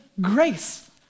grace